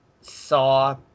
saw